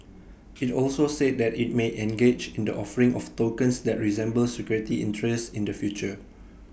IT also said that IT may engage in the offering of tokens that resemble security interests in the future